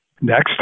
Next